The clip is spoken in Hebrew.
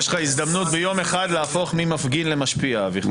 יש לך הזדמנות ביום אחד להפוך ממפגין למשפיע.